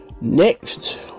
Next